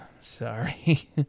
Sorry